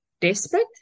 desperate